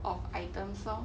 of items lor